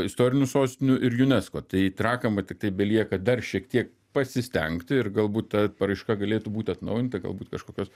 istorinių sostinių ir unesco tai trakam va tiktai belieka dar šiek tiek pasistengti ir galbūt ta paraiška galėtų būt atnaujinta galbūt kažkokios